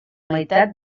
meitat